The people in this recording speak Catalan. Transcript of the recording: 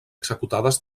executades